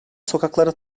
sokaklara